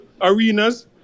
arenas